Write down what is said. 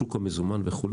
שוק המזומן וכו',